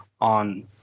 on –